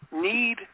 need